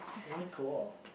why cool